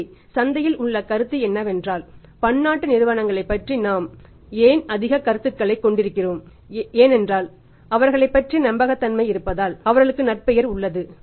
எனவே சந்தையில் உள்ள கருத்து என்னவென்றால் பன்னாட்டு நிறுவனங்களைப் பற்றி நாம் ஏன் அதிக கருத்துக்களைக் கொண்டிருக்கிறோம் ஏனென்றால் அவர்களைப்பற்றிய நம்பகத்தன்மை இருப்பதால் அவர்களுக்கு நற்பெயர் உள்ளது